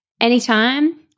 anytime